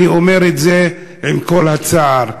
אני אומר את זה עם כל הצער שבדבר.